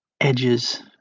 edges